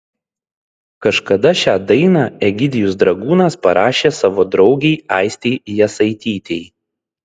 kažkada šią dainą egidijus dragūnas parašė savo draugei aistei jasaitytei